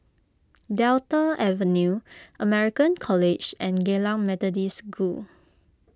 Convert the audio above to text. Delta Avenue American College and Geylang Methodist School